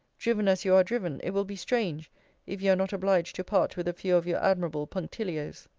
driven as you are driven, it will be strange if you are not obliged to part with a few of your admirable punctilio's.